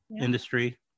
industry